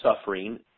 suffering